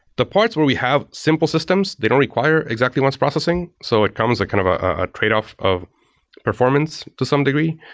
the parts where we have simple systems, they don't require exactly-once processing. so it comes like kind of a tradeoff of performance to some degree.